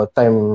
time